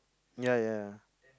ya ya ya